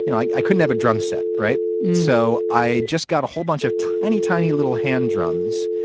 you know i couldn't have a drum set. right. so i just got a whole bunch of tiny, tiny little hand drums.